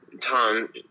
Tom